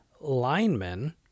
Linemen